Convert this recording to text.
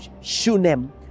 Shunem